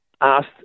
asked